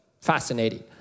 fascinating